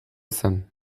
zen